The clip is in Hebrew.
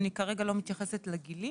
כרגע לא מתייחסת לגילאים,